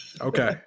Okay